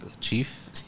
chief